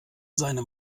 seinem